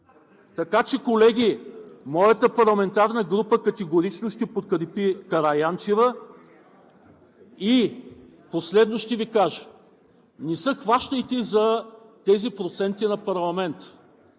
седмица! Колеги, моята парламентарна група категорично ще подкрепи Караянчева. Последно, ще Ви кажа: не се хващайте за тези проценти на парламента